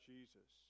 Jesus